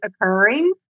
occurring